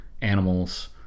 animals